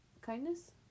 kindness